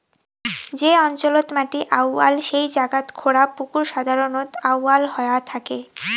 যে অঞ্চলত মাটি আউয়াল সেই জাগাত খোঁড়া পুকুর সাধারণত আউয়াল হয়া থাকে